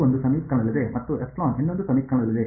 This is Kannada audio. ಒಂದು ಸಮೀಕರಣದಲ್ಲಿದೆ ಮತ್ತು ಇನ್ನೊಂದು ಸಮೀಕರಣದಲ್ಲಿದೆ